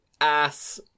ass